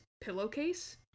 pillowcase